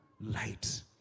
light